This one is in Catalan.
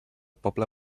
poble